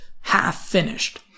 half-finished